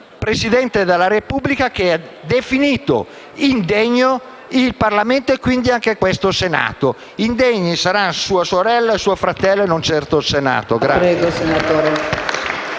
Presidente della Repubblica, che ha definito indegno il Parlamento e, quindi, anche questo Senato: indegni saranno sua sorella e suo fratello, non certo il Senato!